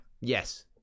Yes